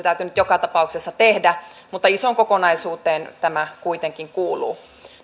täytynyt joka tapauksessa tehdä mutta isoon kokonaisuuteen tämä kuitenkin kuuluu